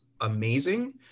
amazing